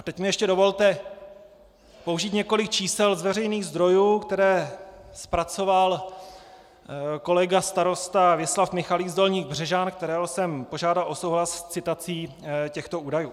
Teď mi ještě dovolte použít několik čísel z veřejných zdrojů, která zpracoval kolega starosta Věslav Michalík z Dolních Břežan, kterého jsem požádal o souhlas s citací těchto údajů.